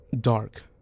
dark